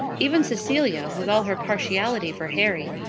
even cecilia, with all her partiality for harry,